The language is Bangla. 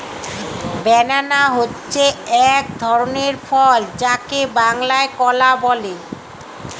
ব্যানানা হচ্ছে এক ধরনের ফল যাকে বাংলায় কলা বলে